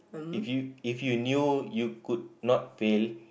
if you if you knew you could not fail